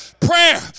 prayer